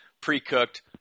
pre-cooked